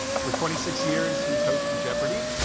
for twenty six years, he's hosted jeopardy,